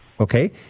Okay